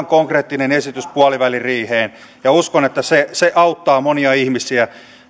konkreettinen esitys puoliväliriiheen ja uskon että se se auttaa monia ihmisiä